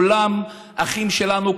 כולם אחים שלנו,